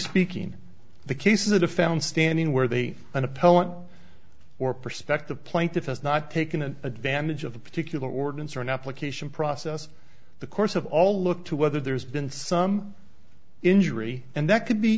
speaking the cases of the found standing where they an appellant or perspective plaintiff has not taken advantage of a particular ordinance or an application process the course of all look to whether there's been some injury and that could be